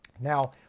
Now